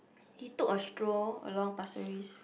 he took a stroll along Pasir-Ris